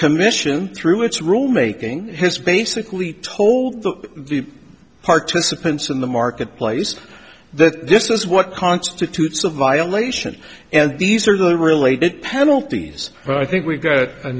commission through its rulemaking has basically told the participants in the marketplace that this is what constitutes a violation and these are the related penalties but i think we've got a